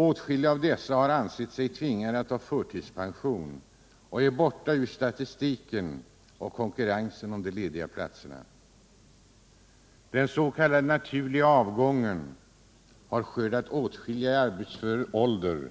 Åtskilliga av dessa har ansett sig tvingade att ta förtidspension och är borta ur statistiken och konkurrensen om de lediga platserna. Den s.k. naturliga avgången har skördat åtskilliga i arbetsför ålder